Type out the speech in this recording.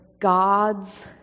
God's